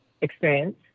experience